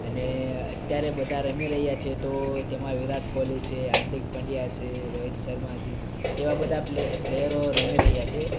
અને અત્યારે બધા રમી રહ્યા છે તો તેમાં વિરાટ કોહલી છે હાર્દિક પંડયા છે રોહિત શર્મા છે તેવા બધા પ્લેયરો રમી રહ્યા છે